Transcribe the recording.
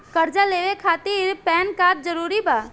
कर्जा लेवे खातिर पैन कार्ड जरूरी बा?